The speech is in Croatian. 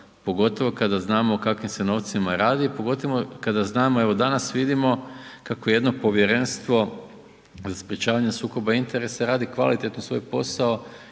pogotovo kada znamo o kakvim se novcima radi i pogotovo kada znamo, evo danas vidimo kako jedno Povjerenstvo za sprječavanje sukoba interesa radi kvalitetno svoj posao